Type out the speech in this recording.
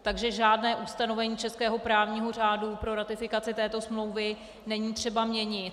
Takže žádné ustanovení českého právního řádu pro ratifikaci této smlouvy není třeba měnit.